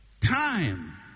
Time